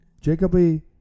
Jacoby